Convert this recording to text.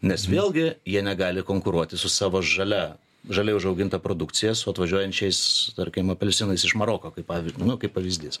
nes vėlgi jie negali konkuruoti su savo žalia žaliai užauginta produkcija su atvažiuojančiais tarkim apelsinais iš maroko kaip pav nu kaip pavyzdys